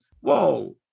whoa